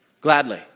Gladly